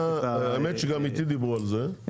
האמת שגם איתי דיברו על זה.